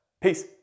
Peace